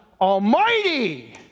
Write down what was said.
Almighty